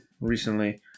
recently